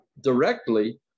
directly